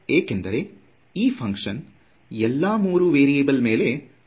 ಏಕೆಂದರೆ ಈ ಫುನಕ್ಷನ್ ಎಲ್ಲಾ 3 ಕಾರ್ಯಗಳ ಮೇಲೆ ಅವಲಂಬಿತ ವಾಗಿದೆ